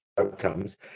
outcomes